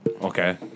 Okay